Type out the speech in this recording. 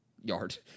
yard